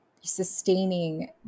sustaining